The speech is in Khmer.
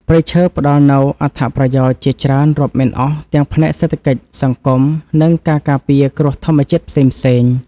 ព្រៃឈើផ្តល់នូវអត្ថប្រយោជន៍ជាច្រើនរាប់មិនអស់ទាំងផ្នែកសេដ្ឋកិច្ចសង្គមនិងការការពារគ្រោះធម្មជាតិផ្សេងៗ។ព្រៃឈើផ្តល់នូវអត្ថប្រយោជន៍ជាច្រើនរាប់មិនអស់ទាំងផ្នែកសេដ្ឋកិច្ចសង្គមនិងការការពារគ្រោះធម្មជាតិផ្សេងៗ។